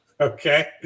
Okay